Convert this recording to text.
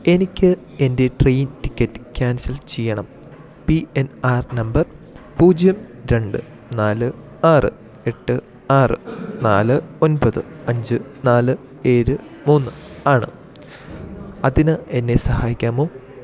എനിക്ക് എൻ്റെ train ticket cancel ചെയ്യണം പി എൻ ആർ നമ്പർ പൂജ്യം രണ്ട് നാല് ആറ് എട്ട് ആറ് നാല് ഒൻപത് അഞ്ച് നാല് ഏഴ് മൂന്ന് ആണ് അതിന് എന്നെ സഹായിക്കാമോ